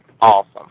awesome